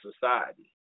society